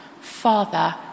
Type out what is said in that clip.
Father